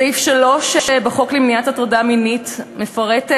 בסעיף 3 בחוק למניעת הטרדה מינית מפורטת